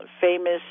famous